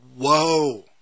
Whoa